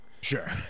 sure